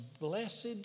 blessed